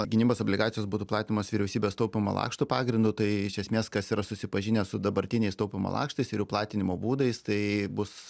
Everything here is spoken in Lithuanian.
gynybos obligacijos būtų platinamos vyriausybės taupymo lakštų pagrindu tai iš esmės kas yra susipažinęs su dabartiniais taupymo lakštais ir jų platinimo būdais tai bus